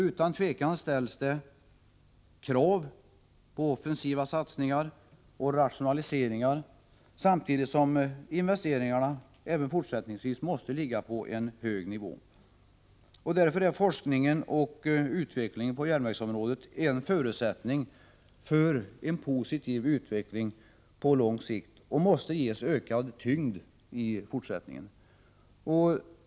Utan tvivel ställs det krav på offensiva satsningar och rationaliseringar, samtidigt som investeringarna även fortsättningsvis måste ligga på en hög nivå. Därför är forskning och utveckling på järnvägsområdet en förutsättning för en positiv utveckling på lång sikt och måste ges ökad tyngd i fortsättningen.